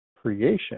creation